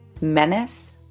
menace